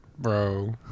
Bro